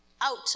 out